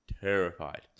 Terrified